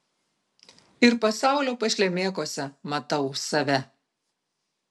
ir pasaulio pašlemėkuose matau save